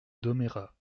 domérat